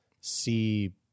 see